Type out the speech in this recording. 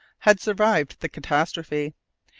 had survived the catastrophe.